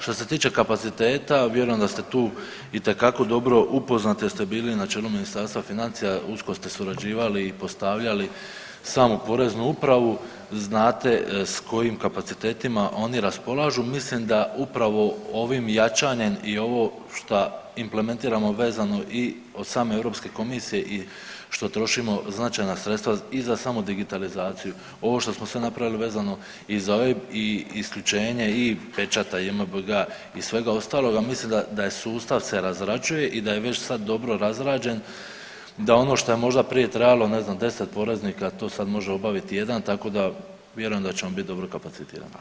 Što se tiče kapaciteta vjerujem da ste tu itekako dobro upoznati jer ste bili na čelu Ministarstva financija, usko ste surađivali i postavljali samu poreznu upravu, znate s kojim kapacitetima oni raspolažu, mislim da upravo ovim jačanjem i ovo šta implementiramo vezano i od same Europske komisije i što trošimo značajna sredstva i za samu digitalizaciju, ovo što smo sve napravili vezano i za OIB i isključenje i pečata i JMBG-a i svega ostaloga mislim da, da sustav se razrađuje i da je već sad dobro razrađen, da ono šta je možda prije trajalo ne znam 10 poreznika to sad može obaviti jedan tako da vjerujem da ćemo bit dobro kapacitirani.